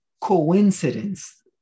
coincidence